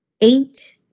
eight